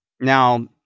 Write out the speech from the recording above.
Now